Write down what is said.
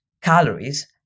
calories